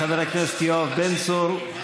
חבר הכנסת יואב בן צור,